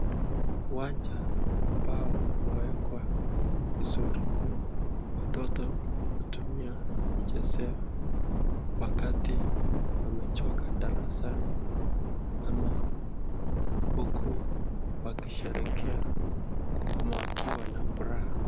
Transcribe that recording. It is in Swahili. Uwanja ambao umeekwa vizuri. Watoto hutumia kuchezea wakati wamechoka darasani ama huku wakisherehekea wakiwa na furaha.